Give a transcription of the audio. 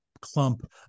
clump